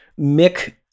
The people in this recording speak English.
Mick